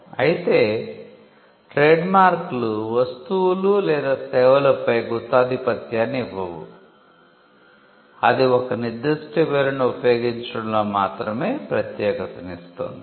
అయితే ట్రేడ్మార్క్లు వస్తువులు లేదా సేవలపై గుత్తాధిపత్యాన్ని ఇవ్వవు అది ఒక నిర్దిష్ట పేరును ఉపయోగించడంలో మాత్రమే ప్రత్యేకతను ఇస్తుంది